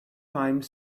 time